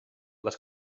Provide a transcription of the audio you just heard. les